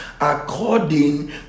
according